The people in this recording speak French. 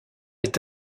est